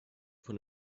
von